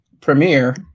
premiere